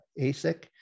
ASIC